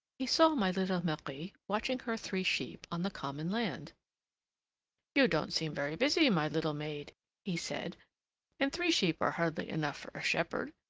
he saw my little marie watching her three sheep on the common land you don't seem very busy, my little maid he said and three sheep are hardly enough for a shepherd.